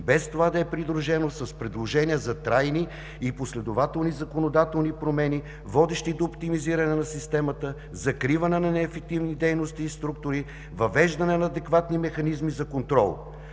без това да е придружено с предложение за трайни и последователни законодателни промени, водещи до оптимизиране на системата, закриване на неефективни дейности и структури, въвеждане на адекватни механизми за контрол,